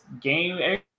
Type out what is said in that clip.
game